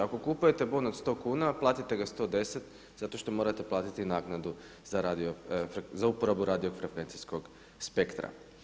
Ako kupujete bon od 100 kuna platite ga 110 zato što morate platiti naknadu za radio, za uporabu radio frekvencijskog spektra.